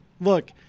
look